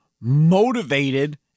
motivated